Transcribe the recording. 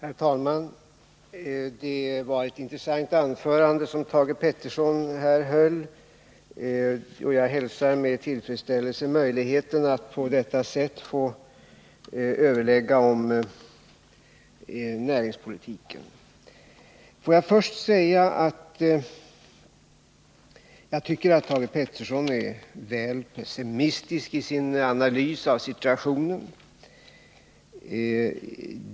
Herr talman! Det var ett intressant anförande som Thage Peterson här höll, och jag hälsar med tillfredsställelse möjligheten att på detta sätt få överlägga om näringspolitiken. Får jag först säga att jag tycker att Thage Peterson är väl pessimistisk i sin analys av situationen.